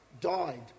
died